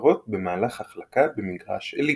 מתחרות במהלך החלקה במגרש אליפטי.